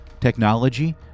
Technology